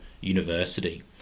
University